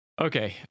Okay